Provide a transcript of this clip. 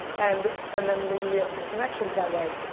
and and, then maybe we have some connections that way.